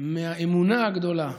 מהאמונה הגדולה.